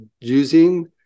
using